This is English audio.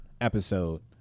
episode